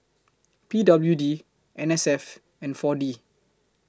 P W D N S F and four D